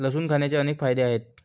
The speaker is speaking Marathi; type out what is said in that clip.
लसूण खाण्याचे अनेक फायदे आहेत